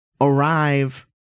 arrive